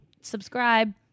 subscribe